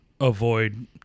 avoid